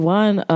one